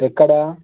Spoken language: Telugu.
ఎక్కడ